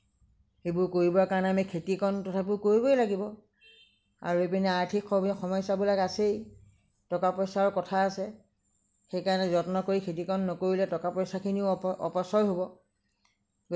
সেইবোৰ কৰিবৰ কাৰণে খেতিকণ তথাপিও কৰিব লাগিব আৰু এইপিনে আৰ্থিকভাৱে সমস্যাবিলাক আছেই টকা পইচাৰ কথা আছে সেইকাৰণে খেতিকণ নকৰিলে টকা পইচাখিনিও অপচয় হ'ব